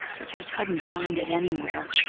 but they couldn't find it anywhere.